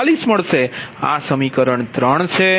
48 મળશે આ સમીકરણ 3 છે